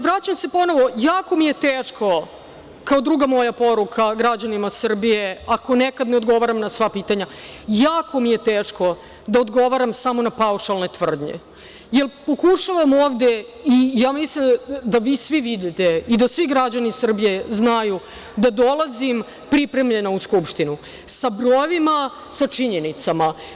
Vraćam se ponovo, jako mi je teško, kao druga moja poruka građanima Srbije, ako nekad ne odgovaram na sva pitanja, jako mi je teško, da odgovaram samo na paušalne tvrdnje, jer pokušavam ovde, i mislim da vi svi vidite, i da svi građani Srbije znaju da dolazim pripremljena u Skupštinu, sa brojevima, sa činjenicama.